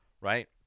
Right